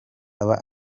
aba